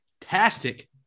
fantastic